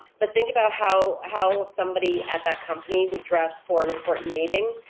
but think about how how somebody at that company would dress for an important meeting,